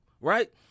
right